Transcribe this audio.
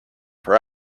for